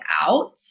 out